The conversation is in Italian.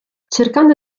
cercando